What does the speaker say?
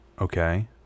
Okay